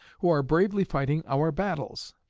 who are bravely fighting our battles.